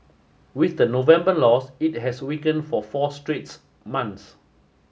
with the November loss it has weakened for four straight months